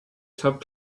top